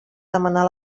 demanar